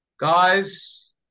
guys